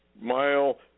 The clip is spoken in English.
mile